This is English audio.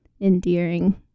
endearing